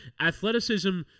athleticism